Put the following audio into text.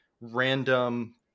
random